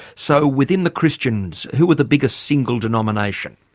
so within the christians, who are the biggest single denomination?